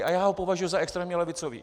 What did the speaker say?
A já ho považuji za extrémně levicový.